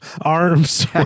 arms